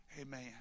amen